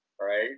Right